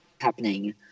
happening